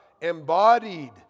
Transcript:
embodied